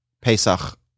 Pesach